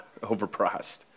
overpriced